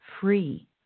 free